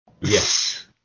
Yes